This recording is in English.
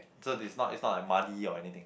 so it's not it's not like muddy or anything